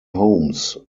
homes